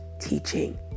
teaching